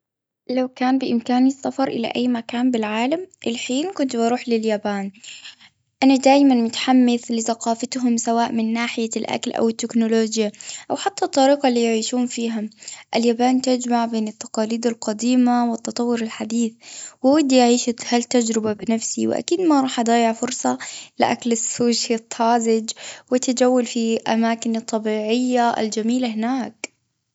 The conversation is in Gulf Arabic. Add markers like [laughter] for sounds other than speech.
لو كان بإمكاني السفر إلى أي مكان بالعالم، الحين كنت بروح لليابان. أنا دائمًا متحمس لثقافتهم، سواء من ناحية الأكل أو التكنولوجيا، أو حتى الطريقة اللي يعيشون فيها. اليابان تجمع بين التقاليد القديمة والتطور الحديث، وودي أعيش هالتجربة [noise] بنفسي. وأكيد ما راح أضيع فرصة لأكل السوشي الطازج، وأتجول في [hesitation] أماكن الطبيعية الجميلة هناك.